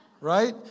Right